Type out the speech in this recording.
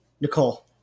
nicole